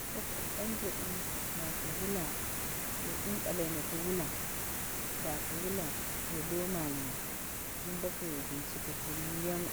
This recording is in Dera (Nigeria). Shaka banje dim, baka wula, me dim ɓalai mo ko wula, baka wula kai lomami. Dum boko ye bincike ko miya mi